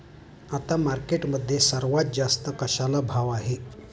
आता मार्केटमध्ये सर्वात जास्त कशाला भाव आहे?